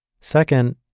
Second